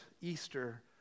Easter